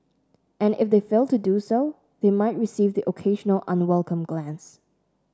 and if they fail to do so they might receive the occasional unwelcome glance